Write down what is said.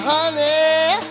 Honey